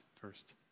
first